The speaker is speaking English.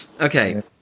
Okay